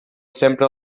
sempre